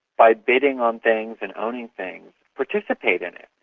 by bidding on things and owning things, participate in it.